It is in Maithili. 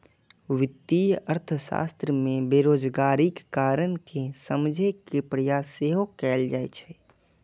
वित्तीय अर्थशास्त्र मे बेरोजगारीक कारण कें समझे के प्रयास सेहो कैल जाइ छै